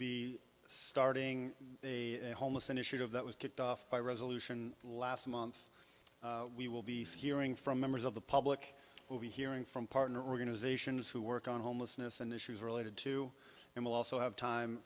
be starting a homeless initiative that was kicked off by resolution last month we will be for hearing from members of the public will be hearing from partner organizations who work on homelessness and issues related to it will also have time